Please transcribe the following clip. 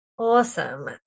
Awesome